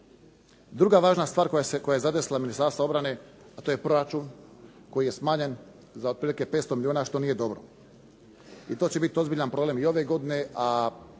Druga važna stvar koja je zadesila Ministarstvo obrane, a to je proračun koji je smanjen za otprilike 500 milijuna što nije dobro. I to će bit ozbiljan problem i ove godine,